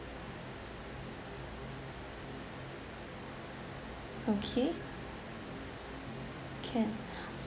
okay can